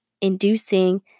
inducing